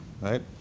right